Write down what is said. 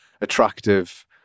attractive